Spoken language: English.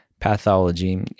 Pathology